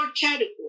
category